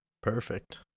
Perfect